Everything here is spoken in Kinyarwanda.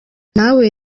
nawe